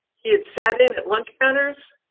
he had sat in at lunch counters.